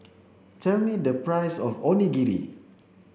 tell me the price of Onigiri